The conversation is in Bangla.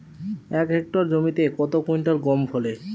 এক হেক্টর জমিতে কত কুইন্টাল গম ফলে?